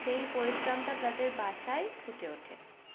সেই পরিশ্রমটা তাদের বাসায় ফুটে ওঠে